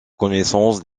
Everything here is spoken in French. connaissance